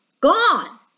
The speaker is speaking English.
gone